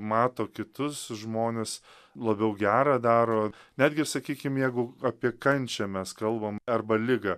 mato kitus žmones labiau gerą daro netgi sakykim jeigu apie kančią mes kalbam arba ligą